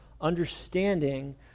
understanding